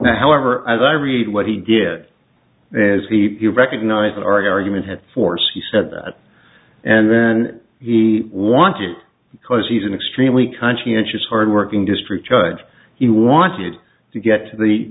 however as i read what he did as he recognised that argument had force he said that and then he wanted because he's an extremely conscientious hard working district judge he wanted to get to the